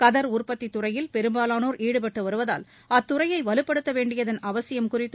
கதர் உற்பத்தித் துறையில் பெரும்பாவானோர் ஈடுபட்டுவருவதால் அத்தறையை வலுப்படுத்த வேண்டியதன் அவசியம் குறித்து